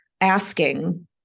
asking